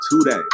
today